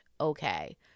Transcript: okay